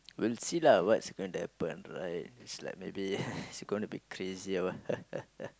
we'll see lah what's going to happen right it's like maybe it's going to be crazy or what